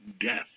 death